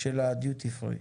של הדיוטי פרי.